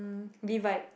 divide